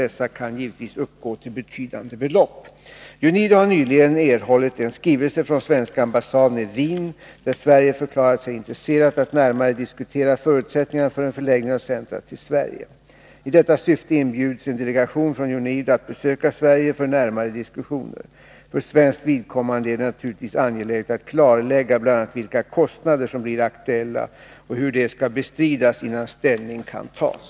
Dessa kan givetvis uppgå till betydande belopp. UNIDO har nyligen erhållit en skrivelse från svenska ambassaden i Wien, där Sverige förklarat sig intresserat att närmare diskutera förutsättningarna för en förläggning av centret till Sverige. I detta syfte inbjuds en delegation från UNIDO att besöka Sverige för narmare diskussioner. För svenskt vidkommande är det naturligtvis angeläget att klarlägga bl.a. vilka kostnader som blir aktuella och hur de skall bestridas innan ställning kan tas.